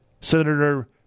senator